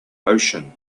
ocean